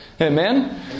Amen